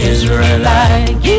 Israelite